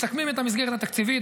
מסכמים את המסגרת התקציבית.